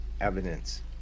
evidence